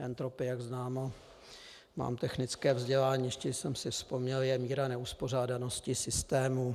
Entropie, jak známo, mám technické vzdělání, ještě že jsem si vzpomněl, je míra neuspořádanosti systému.